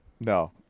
No